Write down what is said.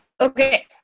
Okay